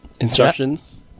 instructions